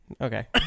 Okay